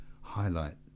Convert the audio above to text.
highlight